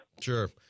Sure